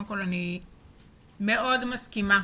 קודם כל, אני מאוד מסכימה